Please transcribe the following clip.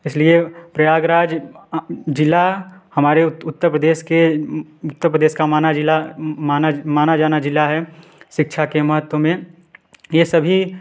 इसलिए प्रयागराज जिला हमारे उत्तर प्रदेश के उत्तर प्रदेश का माना जिला माना माना जाना जिला है शिक्षा के महत्व में ये सभी